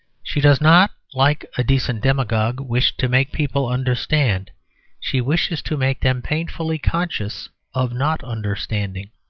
she does not, like a decent demagogue, wish to make people understand she wishes to make them painfully conscious of not understanding.